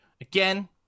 again